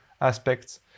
aspects